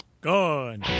Gone